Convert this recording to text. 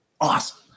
awesome